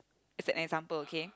as an example okay